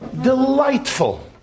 delightful